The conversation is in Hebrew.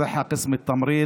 מחלקת סיעוד,